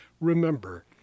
remember